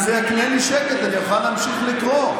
אם זה יקנה לי שקט, אני אוכל להמשיך לקרוא.